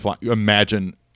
Imagine